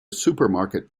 supermarket